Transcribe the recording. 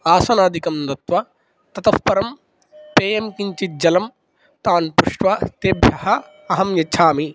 आसनादिकं दत्वा ततः परं पेयं किञ्चित् जलं तान् पृष्ट्वा तेभ्यः अहं यच्छामि